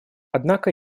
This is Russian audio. однако